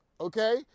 Okay